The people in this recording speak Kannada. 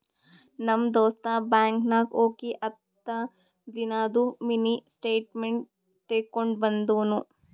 ನಮ್ ದೋಸ್ತ ಬ್ಯಾಂಕ್ ನಾಗ್ ಹೋಗಿ ಹತ್ತ ದಿನಾದು ಮಿನಿ ಸ್ಟೇಟ್ಮೆಂಟ್ ತೇಕೊಂಡ ಬಂದುನು